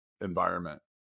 environment